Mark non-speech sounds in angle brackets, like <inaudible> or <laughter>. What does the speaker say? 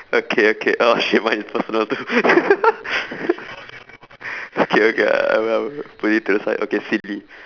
okay okay oh shit mine is personal too <laughs> okay okay uh put it to the side okay silly